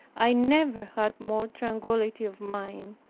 i never had more tranquillity of mind,